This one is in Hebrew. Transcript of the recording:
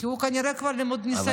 כי הוא כנראה כבר למוד ניסיון,